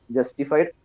Justified